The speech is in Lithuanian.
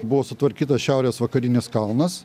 buvo sutvarkytas šiaurės vakarinis kalnas